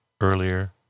earlier